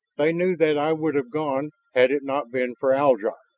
they knew that i would have gone had it not been for aljar.